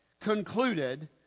concluded